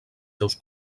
seus